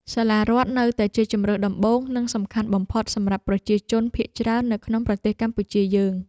សាលារដ្ឋនៅតែជាជម្រើសដំបូងនិងសំខាន់បំផុតសម្រាប់ប្រជាជនភាគច្រើននៅក្នុងប្រទេសកម្ពុជាយើង។